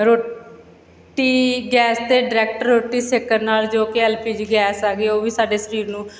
ਰੋਟੀ ਗੈਸ 'ਤੇ ਡਰੈਕਟ ਰੋਟੀ ਸੇਕਣ ਨਾਲ ਜੋ ਕਿ ਐਲ ਪੀ ਜੀ ਗੈਸ ਹੈਗੀ ਉਹ ਵੀ ਸਾਡੇ ਸਰੀਰ ਨੂੰ